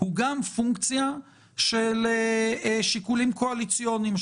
הוא גם פונקציה של שיקולים קואליציוניים.